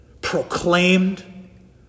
proclaimed